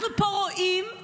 אנחנו רואים פה